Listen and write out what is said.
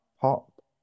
pop